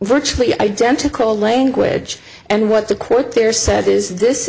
virtually identical language and what the court there said is this